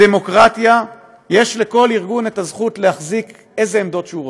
בדמוקרטיה יש לכל ארגון זכות להחזיק באיזה עמדות שהוא רוצה.